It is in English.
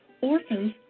Orphans